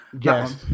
Yes